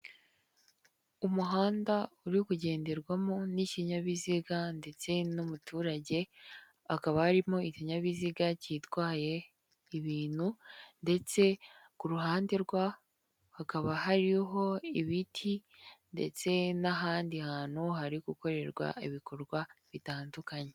Umuhanda uri kugenderwamo n'ikinyabiziga ndetse n'umuturage akaba arimo ikinyabiziga cyitwaye ibintu ndetse ku ruhande rwa hakaba hariho ibiti ndetse n'ahandi hantu hari gukorerwa ibikorwa bitandukanye.